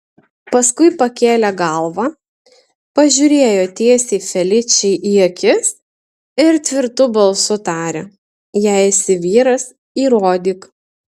paskui pakėlė galvą pažiūrėjo tiesiai feličei į akis ir tvirtu balsu tarė jei esi vyras įrodyk